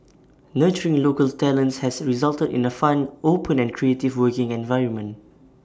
nurturing local talents has resulted in A fun open and creative working environment